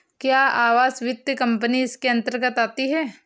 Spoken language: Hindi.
क्या आवास वित्त कंपनी इसके अन्तर्गत आती है?